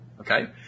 Okay